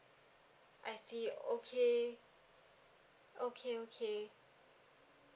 I see okay okay okay